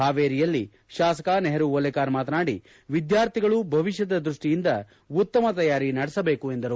ಹಾವೇರಿಯಲ್ಲಿ ಶಾಸಕ ನೆಹರೂ ಓಲೇಕಾರ್ ಮಾತನಾಡಿ ವಿದ್ಯಾರ್ಥಿಗಳು ಭವಿಷ್ಠದ ದೃಷ್ಠಿಯಿಂದ ಉತ್ತಮ ತಯಾರಿ ನಡೆಸಬೇಕು ಎಂದರು